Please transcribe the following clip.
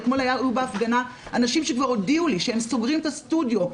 אתמול היו בהפגנה אנשים שכבר הודיעו לי שהם סוגרים את הסטודיו,